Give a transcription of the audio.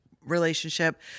relationship